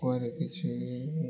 କୂଅରେ କିଛି